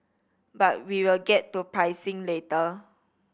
but we will get to pricing later